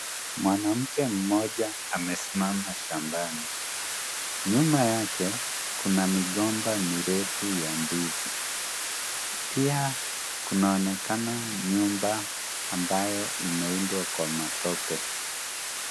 Mwanamke mmoja amesimama shambani. Nyuma yake kuna migomba mirefu ya ndizi pia kunaonekana nyumba ambayo imeundwa kwa matope.